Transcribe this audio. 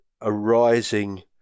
arising